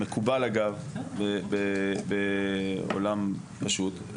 המקובל אגב בעולם פשוט,